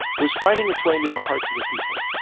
was finding its way into the hearts of the people.